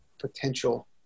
potential